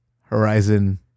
Horizon